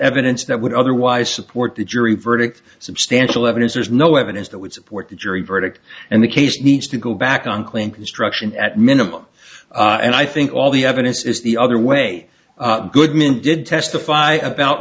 evidence that would otherwise support the jury verdict substantial evidence there's no evidence that would support the jury verdict and the case needs to go back on claim construction at minimum and i think all the evidence is the other way goodman did testify about